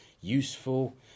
useful